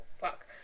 fuck